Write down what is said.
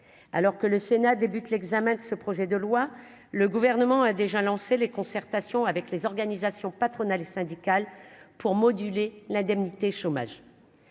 alors que le Sénat débute l'examen de ce projet de loi, le gouvernement a déjà lancé les concertations avec les organisations patronales et syndicales pour moduler l'indemnité chômage.